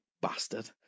bastard